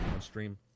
stream